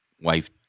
Wife